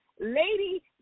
Lady